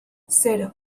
zero